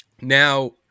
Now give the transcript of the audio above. Now